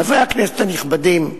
חברי הכנסת הנכבדים,